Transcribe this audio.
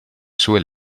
sue